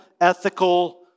ethical